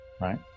right